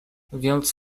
więc